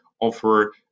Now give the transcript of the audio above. offer